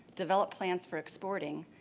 develop plans for exporting,